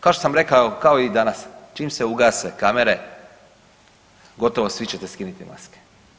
Kao što sam rekao evo kao i danas, čim se ugase kamere gotovo svi ćete skinuti maske.